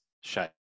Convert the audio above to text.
shape